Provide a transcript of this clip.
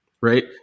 right